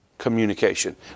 communication